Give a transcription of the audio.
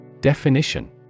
Definition